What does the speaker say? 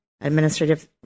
administrative